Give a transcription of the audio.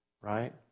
right